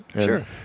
Sure